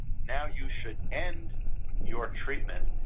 now you should end your treatment,